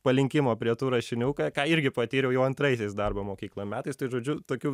palinkimo prie tų rašinių ką ką irgi patyriau jau antraisiais darbo mokykloj metais tai žodžiu tokių